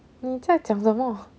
你在讲什么